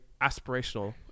aspirational